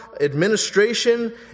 administration